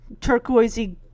turquoisey